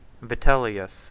vitellius